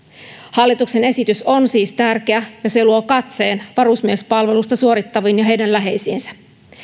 hallituksen esitys on siis tärkeä ja se luo katseen varusmiespalvelusta suorittaviin ja heidän läheisiinsä